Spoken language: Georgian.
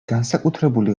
განსაკუთრებული